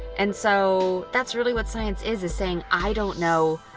and so that's really what science is, is saying, i don't know,